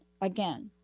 again